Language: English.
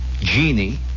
genie